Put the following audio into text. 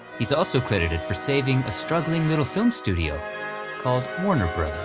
he's also credited for saving a struggling little film studio called warner bros.